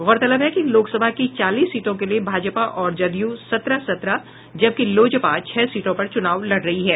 गौरतलब है कि लोकसभा की चालीस सीटों के लिए भाजपा और जदयू सत्रह सत्रह जबकि लोजपा छह सीटों पर चुनाव लड़ रही है